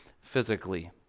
physically